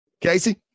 Casey